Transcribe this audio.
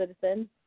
citizen